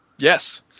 Yes